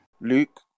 Luke